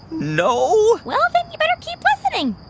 no well, then you better keep listening.